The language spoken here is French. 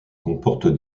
comporte